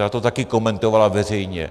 Ta to taky komentovala veřejně.